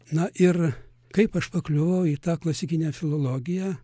na ir kaip aš pakliuvau į tą klasikinę filologiją